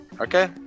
Okay